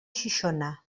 xixona